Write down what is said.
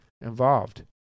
involved